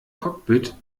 cockpit